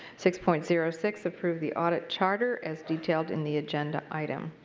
six point zero six, approve the audit charter as detailed in the janet and item.